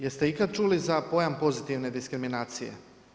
Jeste ikad čuli za pojam pozitivne diskriminacije?